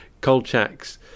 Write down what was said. Kolchak's